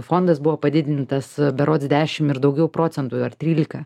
fondas buvo padidintas berods dešim ir daugiau procentų ar trylika